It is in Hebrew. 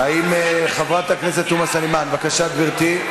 חברת הכנסת תומא סלימאן, בבקשה, גברתי.